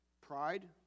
Pride